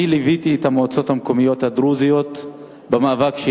ליוויתי את המועצות המקומיות הדרוזיות במאבקן.